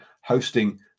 hosting